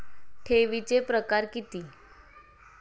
ठेवीचे प्रकार किती?